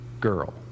girl